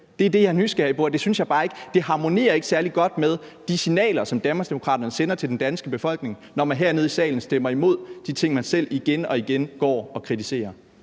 det harmonerer særlig godt med de signaler, som Danmarksdemokraternes sender til den danske befolkning, at man hernede i salen stemmer imod de ting, men selv igen og igen går og kritiserer.